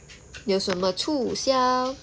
有什么促销